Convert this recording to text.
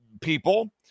people